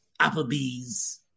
Applebee's